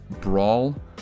brawl